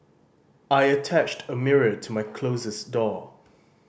I attached a mirror to my closet door